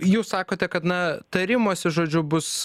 jūs sakote kad na tarimosi žodžiu bus